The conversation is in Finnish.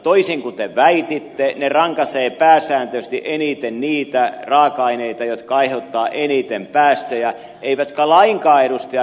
toisin kuin te väititte ne rankaisevat pääsääntöisesti eniten niitä raaka aineita jotka aiheuttavat eniten päästöjä eivätkä lainkaan ed